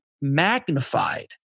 magnified